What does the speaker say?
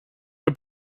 der